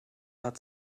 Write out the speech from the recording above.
hat